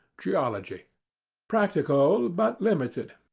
geology practical, but limited.